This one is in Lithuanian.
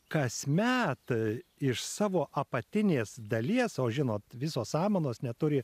kasmet iš savo apatinės dalies o žinot visos samanos neturi